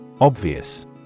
Obvious